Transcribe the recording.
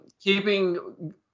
keeping